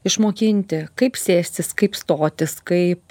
išmokinti kaip sėstis kaip stotis kaip